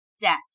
debt